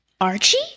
Archie